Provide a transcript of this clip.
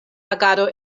agado